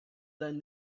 than